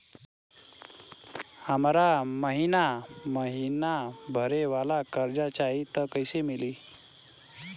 हमरा महिना महीना भरे वाला कर्जा चाही त कईसे मिली?